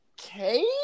okay